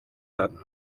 hano